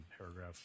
paragraph